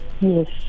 yes